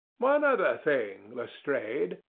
one other thing, lestrade,